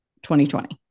2020